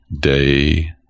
day